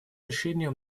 решение